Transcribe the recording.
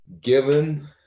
given